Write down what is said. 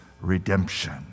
redemption